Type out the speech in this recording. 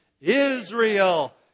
Israel